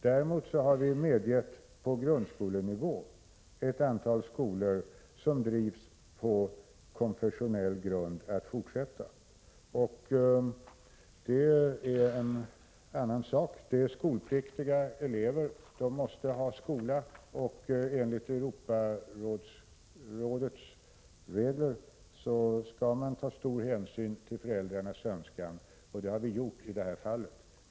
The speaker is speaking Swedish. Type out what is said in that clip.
Däremot har vi medgivit att ett antal skolor på grundskolenivå, som drivs på konfessionell grund, får fortsätta. Det är en annan sak. Det är fråga om skolpliktiga elever som måste ha skolgång. Enligt Europarådets regler skall man ta stor hänsyn till föräldrarnas önskan i sådana fall, och det har vi gjort.